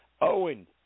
Owen